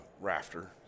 rafter